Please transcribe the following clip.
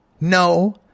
No